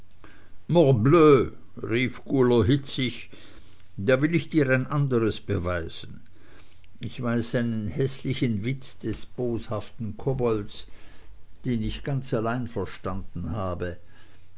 rief guler hitzig da will ich dir ein anderes beweisen ich weiß einen häßlichen witz des boshaften kobolds den ich ganz allein verstanden habe